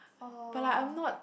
oh